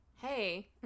hey